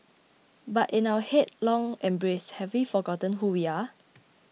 but in our headlong embrace have we forgotten who we are